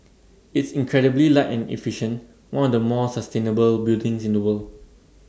it's incredibly light and efficient one of the more sustainable buildings in the world